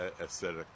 aesthetic